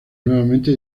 nuevamente